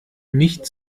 nicht